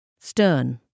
stern